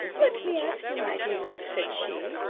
let me ask you, my dear, said she,